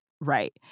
Right